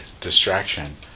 distraction